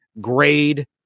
grade